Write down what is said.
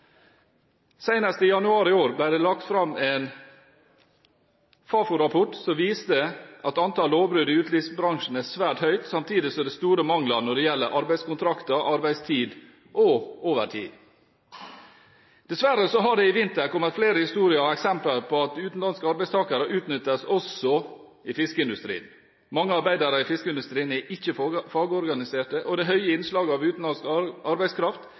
i januar i år ble det lagt fram en Fafo-rapport som viste at antallet lovbrudd i utelivsbransjen er svært høyt, samtidig som at det er store mangler når det gjelder arbeidskontrakter, arbeidstid og overtid. Dessverre har det i vinter kommet flere historier og eksempler på at utenlandske arbeidstakere utnyttes også i fiskeindustrien. Mange arbeidere i fiskeindustrien er ikke fagorganiserte, og det høye innslaget av utenlandsk arbeidskraft